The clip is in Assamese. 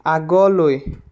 আগলৈ